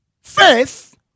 faith